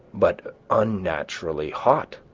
but unnaturally hot